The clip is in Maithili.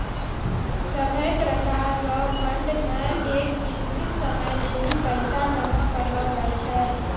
सभै प्रकार रो फंड मे एक निश्चित समय लेली पैसा जमा करलो जाय छै